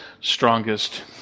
strongest